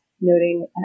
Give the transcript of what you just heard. noting